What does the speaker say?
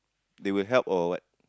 they will help or what